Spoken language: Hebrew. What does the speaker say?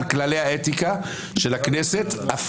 לא אושרה.